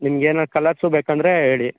ನಿಮಗೇನು ಕಲರ್ಸು ಬೇಕಂದರೆ ಹೇಳಿ